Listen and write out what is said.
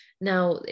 now